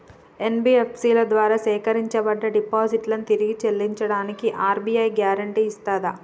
NBFC ల ద్వారా సేకరించబడ్డ డిపాజిట్లను తిరిగి చెల్లించడానికి ఆర్.బి.ఐ గ్యారెంటీ ఇస్తదా?